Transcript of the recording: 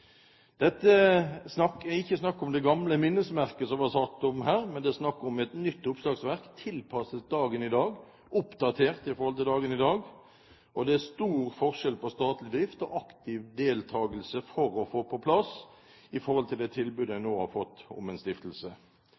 er ikke snakk om det gamle minnesmerket, som det ble sagt her, men det er snakk om et nytt oppslagsverk, tilpasset dagen i dag, oppdatert i forhold til dagen i dag. Og det er stor forskjell på statlig drift og aktiv deltakelse for å få på plass det tilbudet en nå har fått om en stiftelse.